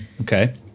okay